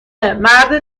مرد